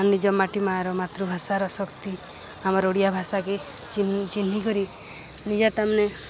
ଆମ ନିଜ ମାଟି ମାର ମାତୃଭାଷାର ଶକ୍ତି ଆମର ଓଡ଼ିଆ ଭାଷାକେ ଚିହ୍ ଚିହ୍ନି କରି ନିଜର୍ଟାମାନେ